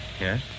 Yes